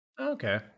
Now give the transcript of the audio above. Okay